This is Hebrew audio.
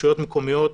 רשויות מקומיות,